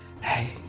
hey